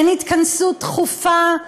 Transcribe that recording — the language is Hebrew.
אין התכנסות דחופה,